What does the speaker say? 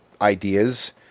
ideas